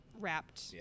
wrapped